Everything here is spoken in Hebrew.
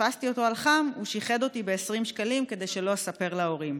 וכשתפסתי אותו על חם הוא שיחד אותי ב-20 שקלים כדי שלא אספר להורים.